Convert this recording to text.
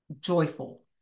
joyful